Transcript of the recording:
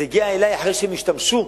זה הגיע אלי אחרי שהם השתמשו.